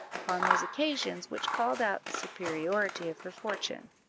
upon those occasions which called out the superiority of her fortune,